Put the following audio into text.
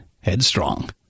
headstrong